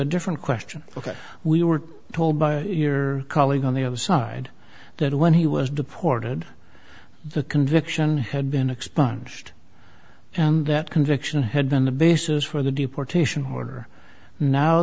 a different question ok we were told by your colleague on the other side that when he was deported the conviction had been expunged and that conviction had been the basis for the deportation